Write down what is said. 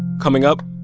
coming up,